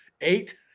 eight